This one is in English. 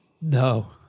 No